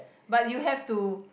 but you have to